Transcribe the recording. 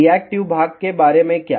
reactive भाग के बारे में क्या